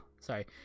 Sorry